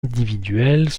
individuelles